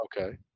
Okay